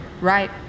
Right